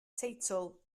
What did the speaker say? teitl